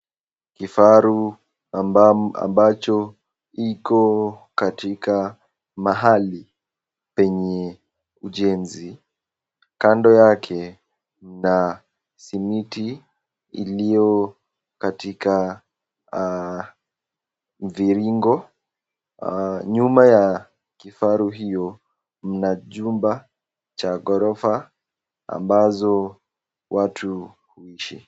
Kifaru ambacho iko katika mahali penye ujenzi, kando yake kuna simiti iliyo katika mviringo, nyuma ya kifaru hio mna jumba cha ghorofa ambazo watu huishi.